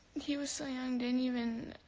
he was soo young didn't even